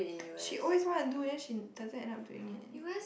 she always want to do then she doesn't end up doing it